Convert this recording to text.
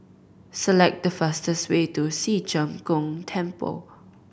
select the fastest way to Ci Zheng Gong Temple